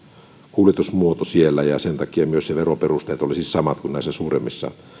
kuljetusmuoto siellä ja sen takia myös ne veroperusteet olisivat samat kuin näissä suuremmissa